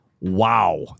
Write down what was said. wow